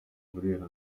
burera